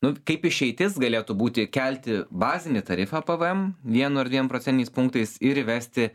nu kaip išeitis galėtų būti kelti bazinį tarifą pvm vienu ar dviem procentiniais punktais ir įvesti